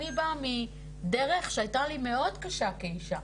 אני באה מדרך שהייתה לי מאוד קשה כאישה,